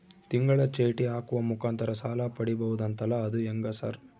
ತಿಂಗಳ ಚೇಟಿ ಹಾಕುವ ಮುಖಾಂತರ ಸಾಲ ಪಡಿಬಹುದಂತಲ ಅದು ಹೆಂಗ ಸರ್?